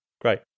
great